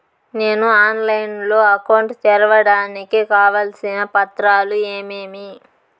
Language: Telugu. నేను ఆన్లైన్ లో అకౌంట్ తెరవడానికి కావాల్సిన పత్రాలు ఏమేమి?